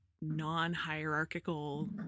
non-hierarchical